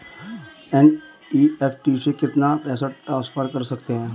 NEFT से कितना पैसा ट्रांसफर कर सकते हैं?